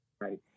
Right